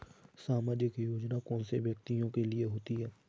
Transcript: सामाजिक योजना कौन से व्यक्तियों के लिए होती है?